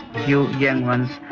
you young ones,